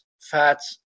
fats